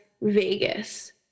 Vegas